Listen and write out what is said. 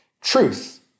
truth